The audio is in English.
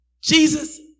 Jesus